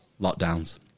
Lockdowns